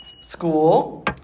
school